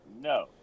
No